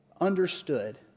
understood